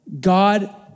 God